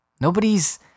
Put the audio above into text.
Nobody's